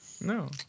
No